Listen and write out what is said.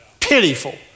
pitiful